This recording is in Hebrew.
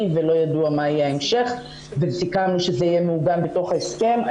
ולא ידוע מה יהיה ההמשך וסיכמנו שזה יהיה מעוגן בתוך ההסכם.